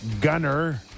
Gunner